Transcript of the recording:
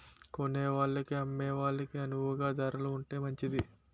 కొనేవాళ్ళకి అమ్మే వాళ్ళకి అణువుగా ధరలు ఉంటే మంచిది